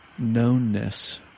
knownness